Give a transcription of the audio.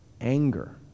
anger